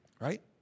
Right